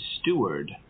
steward